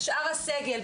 שאר הסגל,